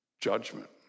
judgment